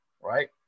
right